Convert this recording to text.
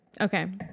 okay